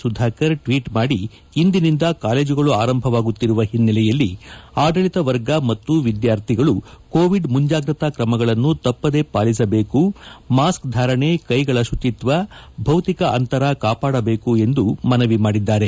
Sudhakar tweet ಮಾಡಿ ಇಂದಿನಿಂದ ಕಾಲೇಜುಗಳು ಆರಂಭವಾಗುತ್ತಿರುವ ಹಿನ್ನೆಲೆಯಲ್ಲಿ ಆಡಳಿತ ವರ್ಗ ಮತ್ತು ವಿದ್ಯಾರ್ಥಿಗಳು ಕೋವಿಡ್ ಮುಂಜಾಗ್ರತಾ ಕ್ರಮಗಳನ್ನು ತಪ್ಪದೇ ಪಾಲಿಸಬೇಕು ಮಾಸ್ಕ್ ಧಾರಣೆ ಕೈಗಳ ಶುಚಿತ್ವ ಭೌತಿಕ ಅಂತರ ಕಾಪಾಡಬೇಕು ಎಂದು ಮನವಿ ಮಾಡಿದ್ದಾರೆ